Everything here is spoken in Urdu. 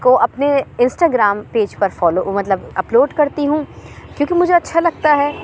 کو اپنے انسٹا گرام پیج پر فالو مطلب اپ لوڈ کرتی ہوں کیونکہ مجھے اچھا لگتا ہے